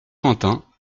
quentin